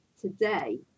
today